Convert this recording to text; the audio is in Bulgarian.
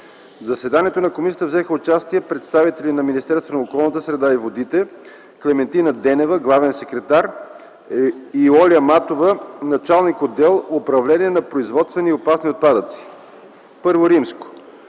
заседанието на комисията взеха участие представители на Министерството на околната среда и водите: Клементина Денева – главен секретар, и Оля Матова – началник-отдел „Управление на производствени и опасни отпадъци”. I.